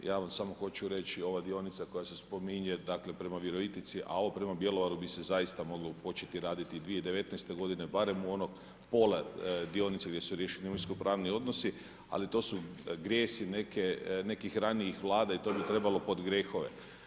Ja vam samo hoću reći, ova dionica koja se spominje, dakle prema Virovitici, a ovo prema Bjelovaru bi se zaista moglo početi raditi 2019. godine barem u ono, pola dionice gdje su riješeni imovinsko-pravni odnosi, ali to su grijesi nekih ranijih Vlada i to bi trebalo pod grijehove.